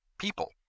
People